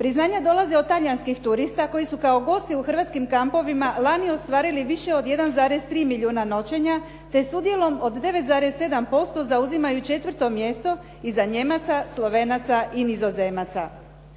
Priznanja dolaze od talijanskih turista koji su kao gosti u hrvatskim kampovima lani ostvarili više od 1,3 milijuna noćenja te s udjelom od 9,7% zauzimaju 4. mjesto iza Nijemaca, Slovenaca i Nizozemaca.